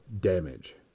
damage